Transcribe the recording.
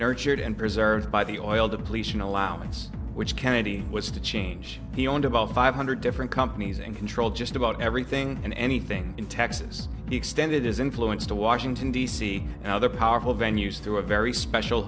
nurtured and preserved by the oil depletion allowance which kennedy was to change he owned about five hundred different companies and controlled just about everything and anything in texas he extended his influence to washington d c and other powerful venues through a very special